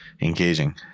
engaging